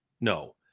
No